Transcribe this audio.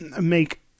make